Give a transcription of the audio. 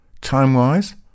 time-wise